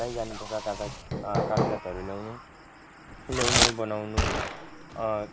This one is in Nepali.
त्यहीँ जानु पर्छ कागज कागजातहरू ल्याउनु ल्याउनु बनाउनु